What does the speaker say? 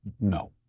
no